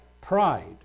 Pride